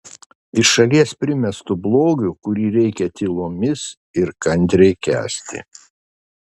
iš šalies primestu blogiu kurį reikia tylomis ir kantriai kęsti